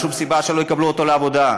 אין שום סיבה שלא יקבלו אותו לעבודה,